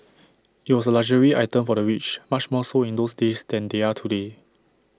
IT was A luxury item for the rich much more so in those days than they are today